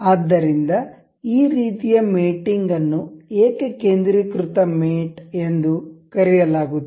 ಆದ್ದರಿಂದ ಈ ರೀತಿಯ ಮೇಟಿಂಗ್ ಅನ್ನು ಏಕಕೇಂದ್ರೀಕೃತ ಮೇಟ್ ಎಂದು ಕರೆಯಲಾಗುತ್ತದೆ